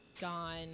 gone